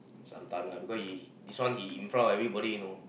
sometime lah because he this one he in front of everybody you know